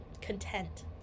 content